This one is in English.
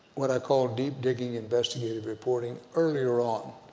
what i call deep digging investigative reporting earlier on.